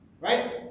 Right